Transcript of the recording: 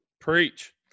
Preach